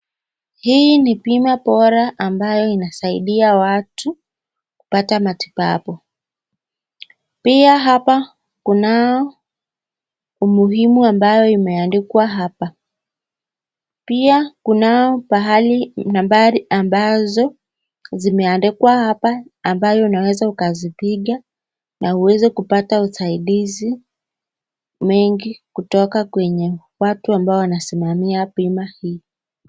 Hii ni bima bora ambayo inasaidia watu kupata matibabu pia hapa kunao umuhimu ambao umeandikwa hapa ,pia kunao nambari ambazo zimeandikwa hapa ambayo unaweza ukazipiga na uweze kupata usaidizi mingi kutoka kwenye watu ambao wanasimamia bima hii.